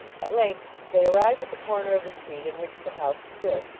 at length, they arrived at the corner of the street in which the house stood,